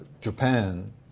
Japan